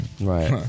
Right